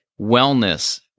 wellness